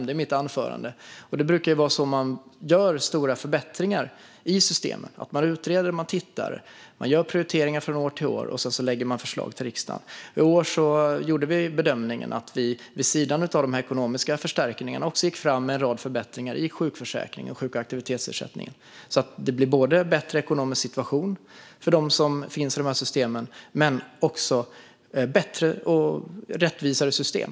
Det brukar vara så man gör stora förbättringar i systemen: Man utreder och tittar, man gör prioriteringar från år till år och så lägger man fram förslag till riksdagen. I år gjorde vi bedömningen att vid sidan av de ekonomiska förstärkningarna också gå fram med en rad förbättringar i sjukförsäkringen och i sjuk och aktivitetsersättningen så att det blir en bättre ekonomisk situation för dem som finns i de här systemen och kort och gott även bättre och rättvisare system.